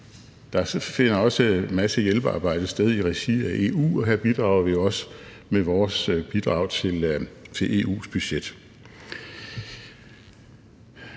Der finder også en masse hjælpearbejde sted i regi af EU, og her bidrager vi også med vores bidrag til EU's budget.